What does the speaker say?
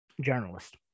journalist